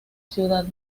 ciudad